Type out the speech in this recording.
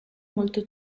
molto